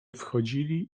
wchodzili